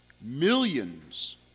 Millions